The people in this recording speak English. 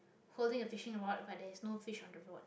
holding a fishing rod but there is no fish on the rod